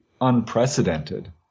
unprecedented